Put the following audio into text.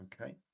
Okay